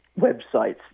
websites